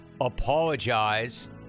apologize